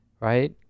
right